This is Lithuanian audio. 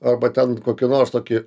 arba ten kokį nors tokį